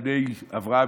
בני אברהם,